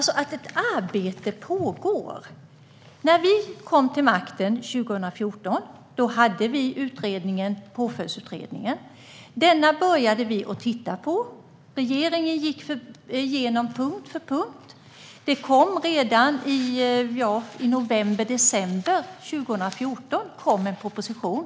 Herr talman! Ett arbete pågår. När vi kom till makten 2014 fanns Påföljdsutredningen. Regeringen började titta på förslagen punkt för punkt. Redan i november-december 2014 kom en proposition.